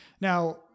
Now